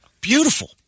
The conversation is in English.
beautiful